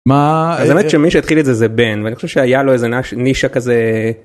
מה … האמת שמי שהתחיל את זה זה בן ואני חושב שהיה לו איזה נישה כזה.